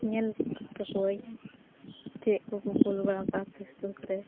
ᱧᱮᱞ ᱛᱟᱠᱚᱣᱟᱹᱧ ᱪᱮᱫ ᱠᱚᱠᱚ ᱠᱩᱞᱵᱟᱲᱟᱣ ᱟᱠᱟᱫᱟ ᱥᱮᱪᱮᱫ ᱜᱨᱩᱯ ᱨᱮ